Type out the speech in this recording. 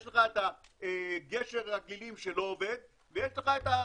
יש לך את גשר הגלילים של עובד ויש לך את "התמסחים"